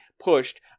pushed